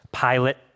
Pilate